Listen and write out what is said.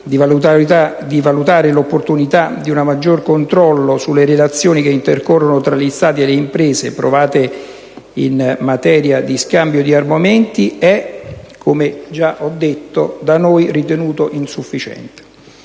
a valutare l'opportunità di un maggior controllo sulle relazioni che intercorrono tra gli Stati e le imprese private in materia di scambio di armamenti, come ho già detto, è da noi ritenuto insufficiente.